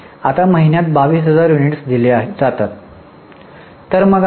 आता महिन्यात 22000 युनिट दिली जातात